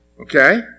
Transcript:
Okay